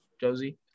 Josie